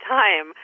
time